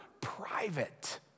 private